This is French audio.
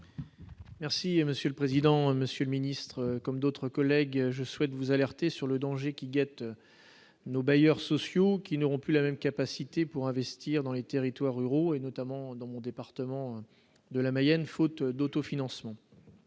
Merci monsieur le président, Monsieur le Ministre, comme d'autres collègues, je souhaite vous alerter sur le danger qui guette nos bailleurs sociaux qui n'auront plus la même capacité pour investir dans les territoires ruraux et notamment, dans mon département de la Mayenne, faute d'autofinancement